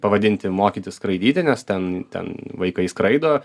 pavadinti mokytis skraidyti nes ten ten vaikai skraido